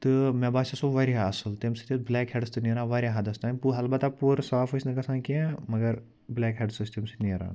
تہٕ مےٚ باسٮ۪و سُہ واریاہ اَصٕل تَمہِ سۭتۍ ٲسۍ بُلیک ہٮ۪ڈٕس تہِ نیران واریاہ حدَس تانۍ پوٗ البَتہ پوٗرٕ صاف ٲسۍ نہٕ گژھان کیٚنٛہہ مگر بُلیک ہٮ۪ڈٕس ٲسۍ تَمہِ سۭتۍ نیران